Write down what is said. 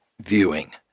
viewing